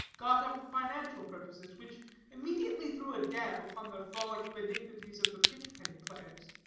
got up for financial purposes, which immediately threw a damp upon the frolic benignities of the pitch-penny players.